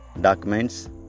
documents